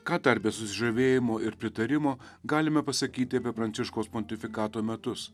ką dar be susižavėjimo ir pritarimo galime pasakyti apie pranciškaus pontifikato metus